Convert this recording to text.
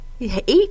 Eight